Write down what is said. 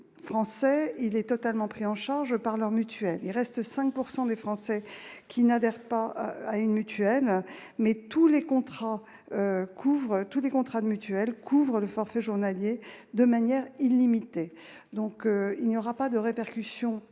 la hausse totalement prise en charge par leur mutuelle. Il reste 5 % des Français qui n'adhèrent pas à une mutuelle. Mais tous les contrats de mutuelles couvrent le forfait journalier de manière illimitée. Il n'y aura donc pas de répercussion directe